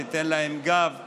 תיתן להם גב,